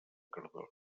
cardona